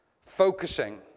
focusing